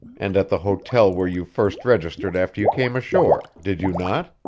and at the hotel where you first registered after you came ashore, did you not?